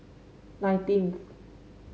nineteenth